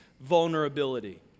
vulnerability